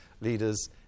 leaders